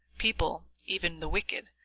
people, even the wicked,